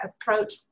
approach